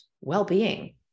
well-being